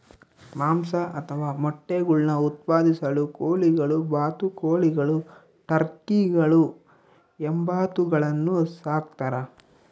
ಮಾಂಸ ಅಥವಾ ಮೊಟ್ಟೆಗುಳ್ನ ಉತ್ಪಾದಿಸಲು ಕೋಳಿಗಳು ಬಾತುಕೋಳಿಗಳು ಟರ್ಕಿಗಳು ಹೆಬ್ಬಾತುಗಳನ್ನು ಸಾಕ್ತಾರ